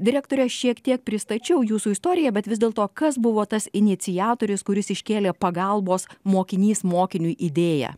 direktore aš šiek tiek pristačiau jūsų istoriją bet vis dėlto kas buvo tas iniciatorius kuris iškėlė pagalbos mokinys mokiniui idėją